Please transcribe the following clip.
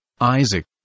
Isaac